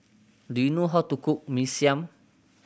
do you know how to cook Mee Siam